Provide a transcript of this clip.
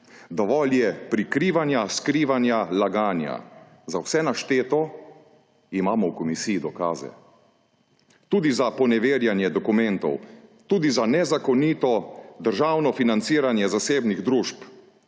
Dovolj je prikrivanja, skrivanja, laganja. Za vse našteto imamo v komisiji dokaze. Tudi za poneverjanje dokumentov, tudi za nezakonito državno financiranje zasebnih družb,